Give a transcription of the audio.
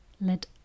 Let